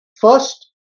First